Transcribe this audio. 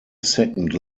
second